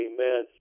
Amen